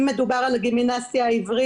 הרבה מאוד עבודה.